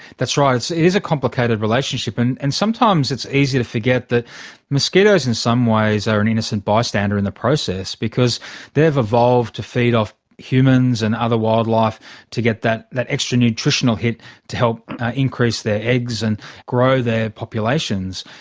that's right, it is a complicated relationship, and and sometimes it's easy to forget that mosquitoes in some ways are an innocent bystander in the process because they have evolved to feed off humans and other wildlife to get that that extra nutritional hit to help increase their eggs and grow their populations.